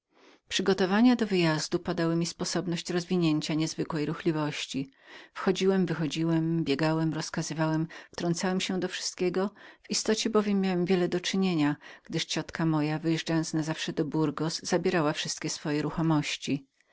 przygotowania do wyjazdu podały mi sposobność rozwinięcia niezwykłej czynności wchodziłem wychodziłem biegałem rozkazywałem ostatecznie byłem tą muchą na wozie furmana i miałem wiele do czynienia gdyż ciotka moja wyjeżdżając na zawsze do burgos zabierała wszystkie swoje ruchomości